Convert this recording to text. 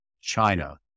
China